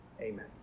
Amen